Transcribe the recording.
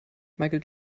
michael